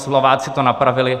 Slováci to napravili.